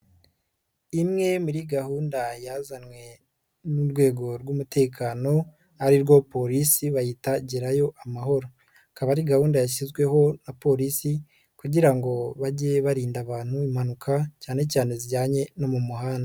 Imwe muri gahunda yazanywe n'urwego rw'umutekano, ari rwo polisi bayita gerayo amahoro. Akaba ari gahunda yashyizweho na polisi kugira ngo bajye barinda abantu impanuka cyane cyane zijyanye no mu muhanda.